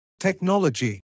technology